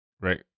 right